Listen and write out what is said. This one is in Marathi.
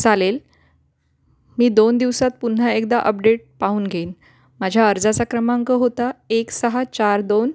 चालेल मी दोन दिवसात पुन्हा एकदा अपडेट पाहून घेईन माझ्या अर्जाचा क्रमांक होता एक सहा चार दोन